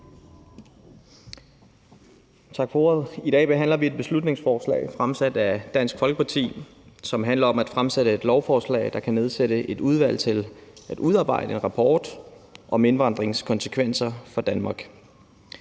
Tak for ordet. I dag behandler vi et beslutningsforslag fremsat af Dansk Folkeparti, som handler om, at der skal fremsættes et lovforslag om at nedsætte et udvalg til at udarbejde en rapport om indvandringens konsekvenser for Danmark.